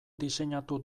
diseinatu